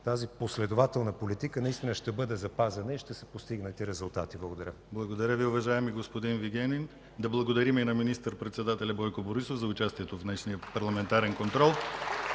тази последователна политика наистина ще бъде запазена и ще се постигнат и резултати. Благодаря. ПРЕДСЕДАТЕЛ ДИМИТЪР ГЛАВЧЕВ: Благодаря Ви, уважаеми господин Вигенин. Да благодарим и на министър-председателя Бойко Борисов за участието му в днешния парламентарен контрол.